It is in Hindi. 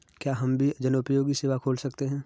क्या हम भी जनोपयोगी सेवा खोल सकते हैं?